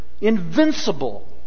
invincible